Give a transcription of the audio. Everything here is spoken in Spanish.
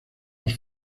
dos